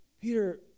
Peter